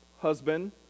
husband